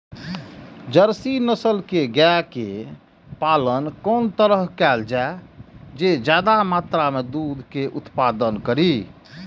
Jersey नस्ल के गाय के पालन कोन तरह कायल जाय जे ज्यादा मात्रा में दूध के उत्पादन करी?